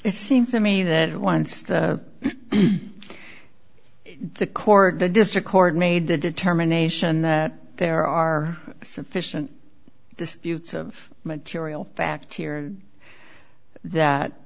it seems to me that once that the court the district court made the determination that there are sufficient this buttes of material facts here that